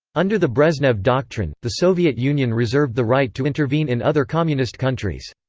under the brezhnev doctrine, the soviet union reserved the right to intervene in other communist countries.